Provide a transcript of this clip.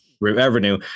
revenue